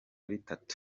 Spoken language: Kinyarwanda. bitatu